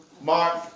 Mark